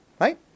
right